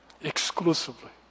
exclusively